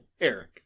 Eric